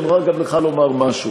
אני מוכרח גם לך לומר משהו.